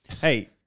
Hey